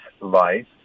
life